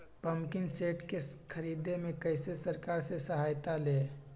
Pumping set के ख़रीदे मे कैसे सरकार से सहायता ले?